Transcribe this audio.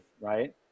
right